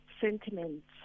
sentiments